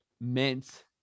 meant